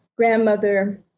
Grandmother